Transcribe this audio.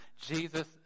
Jesus